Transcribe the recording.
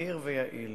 מהיר ויעיל